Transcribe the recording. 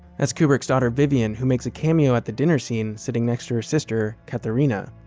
that's kubrick's daughter vivian who makes a cameo at the dinner scene sitting next to her sister katharina.